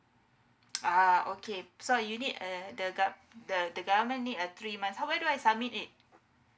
uh okay so you need uh the gov~ the the government need a three months how where do I submit it